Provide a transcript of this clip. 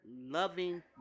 loving